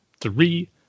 Three